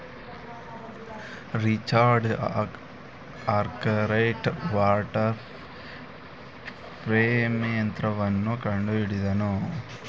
Richard Arkwright water frame ಯಂತ್ರವನ್ನು ಕಂಡುಹಿಡಿದನು